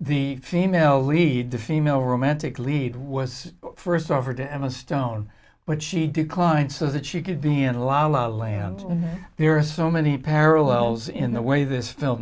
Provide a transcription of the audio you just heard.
the female lead the female romantic lead was first offered to emma stone but she declined so that she could be in la la land and there are so many parallels in the way this film